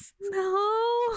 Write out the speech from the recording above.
No